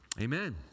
amen